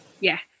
Yes